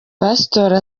pasitoro